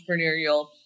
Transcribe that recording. entrepreneurial